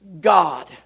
God